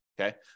okay